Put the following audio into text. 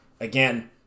again